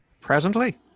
Presently